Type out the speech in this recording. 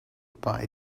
bye